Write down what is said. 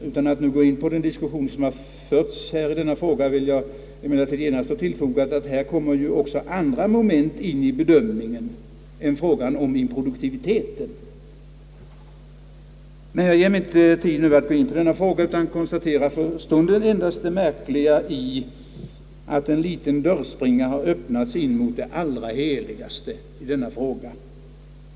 Utan att nu gå in på den diskussion som förts i denna fråga vill jag genast tillfoga att också andra moment kommer in i bedömningen än improduktiviteten. Jag ger mig inte nu tid att gå in på den frågan utan konstaterar för stunden endast det märkliga i att en liten dörspringa har öppnats in mot det allra heligaste i denna fråga.